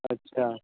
اچھا